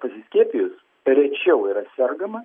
pasiskiepijus rečiau yra sergama